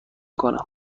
کنم